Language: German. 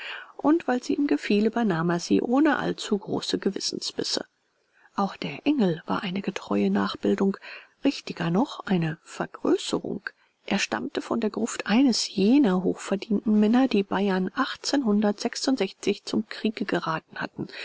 und weil sie ihm gefiel übernahm er sie ohne allzugroße gewissensbisse auch der engel war eine getreue nachbildung richtiger noch eine vergrößerung er stammte von der gruft eines jener hochverdienten männer die bayern achtzehnhundertsechsundsechzig zum kriege geraten hatten